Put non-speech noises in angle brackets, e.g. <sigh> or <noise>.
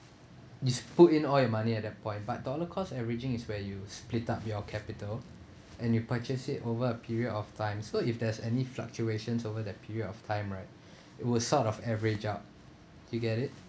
is put in all your money at that point but dollar cost averaging is where you split up your capital and you purchase it over a period of time so if there's any fluctuations over that period of time right <breath> it was sort of average out you get it